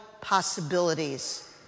possibilities